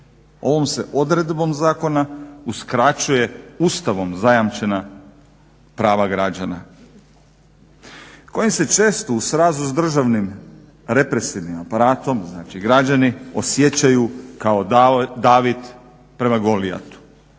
Ovom se odredbom zakona uskraćuje Ustavom zajamčena prava građana koja se često u srazu s državnim represivnim aparatom, znači građani, osjećaju kao David prema Golijatu.